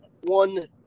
one